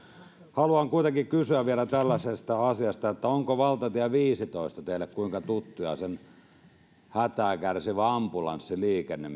haluan kuitenkin kysyä vielä tällaisesta asiasta onko valtatie viidelletoista teille kuinka tuttu ja sen hätää kärsivä ambulanssiliikenne